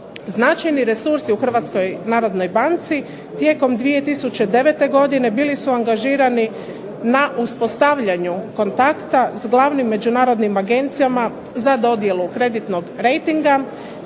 Značajni resursi u Hrvatskoj narodnoj banci tijekom 2009. godine bili su angažirani na uspostavljanju kontakta s glavnim međunarodnim agencijama za dodjelu kreditnog rejtinga,